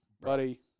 Buddy